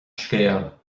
scéal